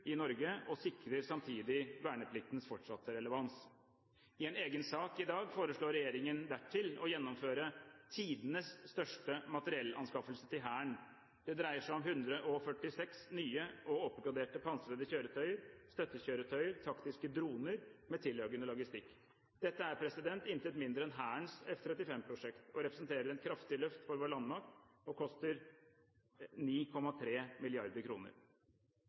i Norge og sikrer samtidig vernepliktens fortsatte relevans. I en egen sak i dag foreslår regjeringen dertil å gjennomføre tidenes største materiellanskaffelse til Hæren. Det dreier seg om 146 nye og oppgraderte pansrede kjøretøyer, støttekjøretøyer, taktiske droner med tilhørende logistikk. Dette er intet mindre enn Hærens F-35-prosjekt. Det representerer et kraftig løft for vår landmakt og koster 9,3